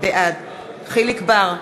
בעד אלי בן-דהן, נגד יחיאל חיליק בר,